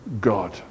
God